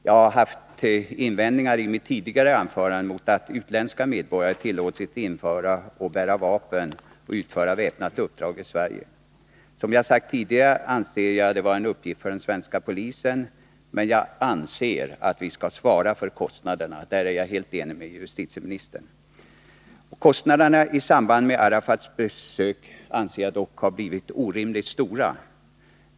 Jag har framfört invändningar i mitt tidigare inlägg mot att utländska medborgare tillåts införa och bära vapen samt utföra väpnat uppdrag i Sverige. Som jag sade tidigare anser jag det vara en uppgift för den svenska polisen, men jag tycker att vi skall svara för kostnaderna. Där är jag helt ense med justitieministern. Kostnaderna i samband med Yasser Arafats besök anser jag dock ha blivit orimligt stora.